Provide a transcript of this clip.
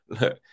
look